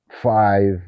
five